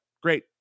great